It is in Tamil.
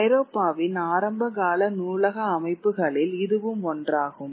ஐரோப்பாவின் ஆரம்பகால நூலக அமைப்புகளில் இதுவும் ஒன்றாகும்